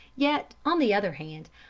yet, on the other hand,